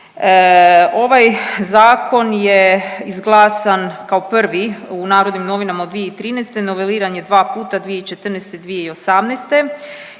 Ovaj zakon je izglasan kao prvi u Narodnim novinama 2013., noveliran je dva puta 2014. i 2018.